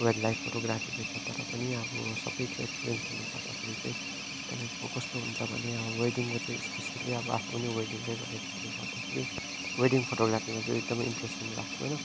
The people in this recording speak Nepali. वाइल्डलाइफ फोटोग्राफीको छ तर पनि अब सबैको एक्सपिरियन्स भन्नुपर्दाखेरि चाहि तपाईँको कस्तो हुन्छ भने अब वेडिङको चाहिँ स्पेसियली अब आफु पनि वेडिङकै गरेकोले गर्दाखेरि वेडिङ फोटोग्राफीमा चाहिँ एकदमै इन्ट्रेस्ट पनि लाग्छ